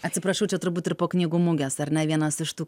atsiprašau čia turbūt ir po knygų mugės ar ne vienas iš tų